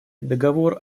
договор